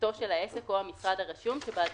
וכתובתו של העסק או המשרד הרשום שבעדו